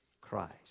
Christ